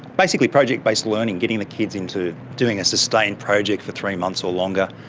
basically project-based learning, getting the kids into doing a sustained project for three months or longer.